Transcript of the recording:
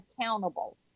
accountable